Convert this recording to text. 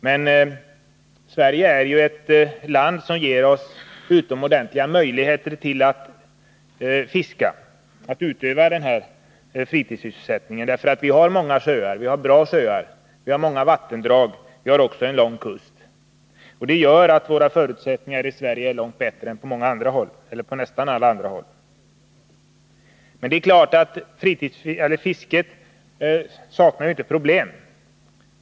Och Sverige är ju ett land som ger oss utomordentliga möjligheter att fiska, att utöva den här fritidssysselsättningen, därför att Sverige har bra sjöar och många vattendrag, och Sverige har också en lång kust. Det gör att förutsättningarna i Sverige är långt bättre än på nästan alla andra håll. Men fisket saknar naturligtvis inte problem.